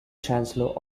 chancellor